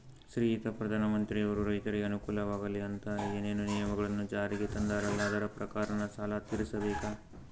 ಶ್ರೀಯುತ ಪ್ರಧಾನಮಂತ್ರಿಯವರು ರೈತರಿಗೆ ಅನುಕೂಲವಾಗಲಿ ಅಂತ ಏನೇನು ನಿಯಮಗಳನ್ನು ಜಾರಿಗೆ ತಂದಾರಲ್ಲ ಅದರ ಪ್ರಕಾರನ ಸಾಲ ತೀರಿಸಬೇಕಾ?